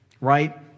right